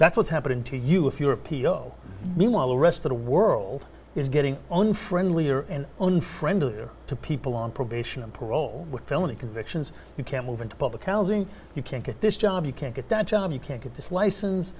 that's what's happening to you if you're a pos meanwhile the rest of the world is getting on friendlier and on friendlier to people on probation and parole with felony convictions you can't move into public housing you can't get this job you can't get that job you can't get this license